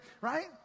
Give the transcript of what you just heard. Right